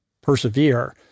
persevere